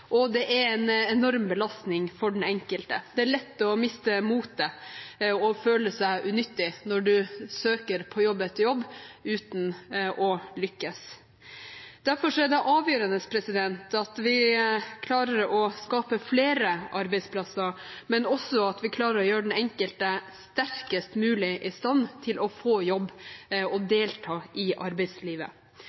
og det er en enorm belastning for den enkelte. Det er lett å miste motet og føle seg unyttig når en søker på jobb etter jobb, uten å lykkes. Derfor er det avgjørende at vi klarer å skape flere arbeidsplasser, men også at vi klarer å gjøre den enkelte sterkest mulig i stand til å få jobb og delta i arbeidslivet.